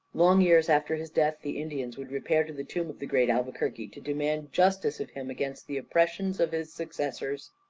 long years after his death the indians would repair to the tomb of the great albuquerque, to demand justice of him against the oppressions of his successors.